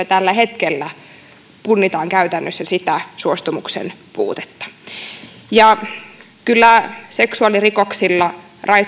tällä hetkellä oikeudessa punnitaan käytännössä sitä suostumuksen puutetta kyllä seksuaalirikoksilla